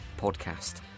podcast